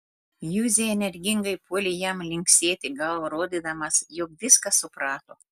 juzė energingai puolė jam linksėti galva rodydamas jog viską suprato